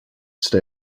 stay